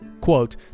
quote